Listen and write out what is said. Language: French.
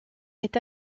est